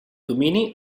domini